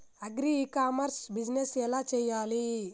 Agri e commerce business ఎలా చెయ్యాలి?